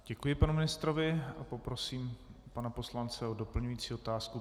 Děkuji panu ministrovi a poprosím pana poslance o doplňující otázku.